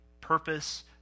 purpose